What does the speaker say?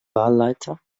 wahlleiter